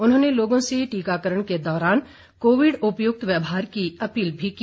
उन्होंने लोगों से टीकाकरण के दौरान कोविड उपयुक्त व्यवहार की अपील भी की